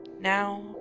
Now